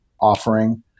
offering